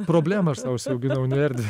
problemą aš sau užsiauginau o ne erdvę